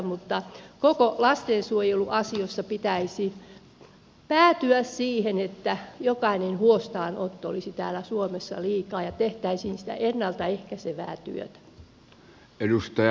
mutta koko lastensuojeluasiassa pitäisi päätyä siihen että jokainen huostaanotto olisi täällä suomessa liikaa ja tehtäisiin sitä ennalta ehkäisevää työtä